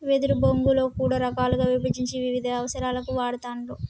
వెదురు బొంగులో కూడా రకాలుగా విభజించి వివిధ అవసరాలకు వాడుతూండ్లు